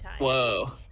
whoa